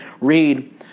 read